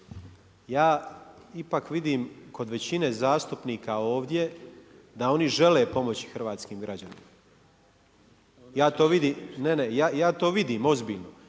Ja ipak vidim kod većine zastupnika ovdje da oni žele pomoći hrvatskim građanima. Ja to vidim.